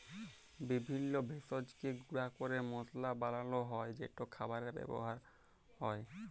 বিভিল্য ভেষজকে গুঁড়া ক্যরে মশলা বানালো হ্যয় যেট খাবারে ব্যাবহার হ্যয়